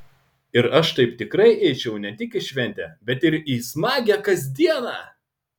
ir aš taip tikrai eičiau ne tik į šventę bet ir į smagią kasdieną